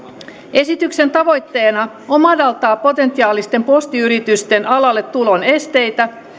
esityksen tavoitteena on madaltaa potentiaalisten postiyritysten alalle tulon esteitä